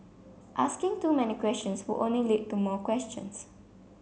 asking too many questions would only lead to more questions